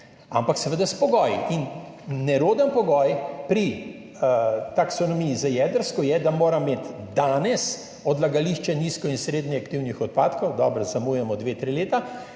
ampak seveda s pogoji. In neroden pogoj pri taksonomiji za jedrsko je, da mora imeti danes odlagališče nizko in srednje radioaktivnih odpadkov, dobro, zamujamo dve, tri leta,